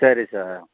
சரி சார்